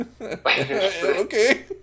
Okay